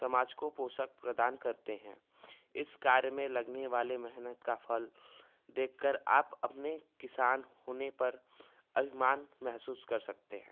समाज को पोषक प्रदान करते हैं इस कार्य में लगने वाले मेहनत का फल देखकर आप अपने किसान होने पर अभिमान महसूस कर सकते हैं